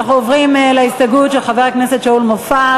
ואנחנו עוברים להסתייגות של חבר הכנסת שאול מופז.